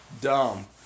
Dumb